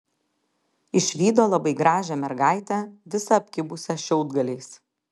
išvydo labai gražią mergaitę visą apkibusią šiaudgaliais